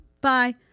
Bye